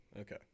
Okay